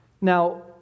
Now